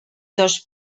dos